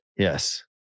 Yes